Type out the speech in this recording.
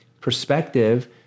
perspective